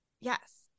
Yes